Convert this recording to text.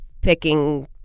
picking